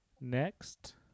Next